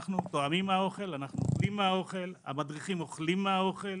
אנחנו טועמים מהאוכל, המדריכים אוכלים מהאוכל.